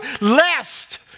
Lest